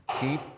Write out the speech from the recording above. keep